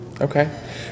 Okay